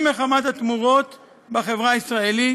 אם מחמת התמורות בחברה הישראלית